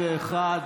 בעד,